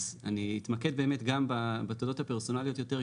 אז אני אתמקד באמת גם בתודות הפרסונאליות יותר,